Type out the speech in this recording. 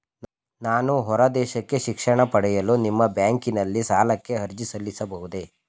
ನಾನು ಹೊರದೇಶಕ್ಕೆ ಶಿಕ್ಷಣ ಪಡೆಯಲು ನಿಮ್ಮ ಬ್ಯಾಂಕಿನಲ್ಲಿ ಸಾಲಕ್ಕೆ ಅರ್ಜಿ ಸಲ್ಲಿಸಬಹುದೇ?